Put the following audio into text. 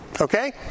okay